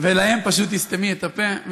ולהם פשוט תסתמי את הפה.